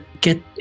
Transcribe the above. get